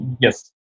Yes